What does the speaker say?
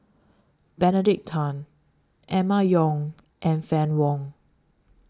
Benedict Tan Emma Yong and Fann Wong